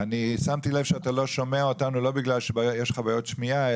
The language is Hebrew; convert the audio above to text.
שמתי לב שאתה לא שומע אותנו לא בגלל שיש לך בעיות שמיעה,